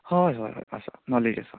हय हय आसा नोलेज आसा